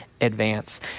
advance